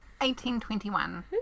1821